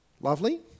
lovely